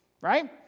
right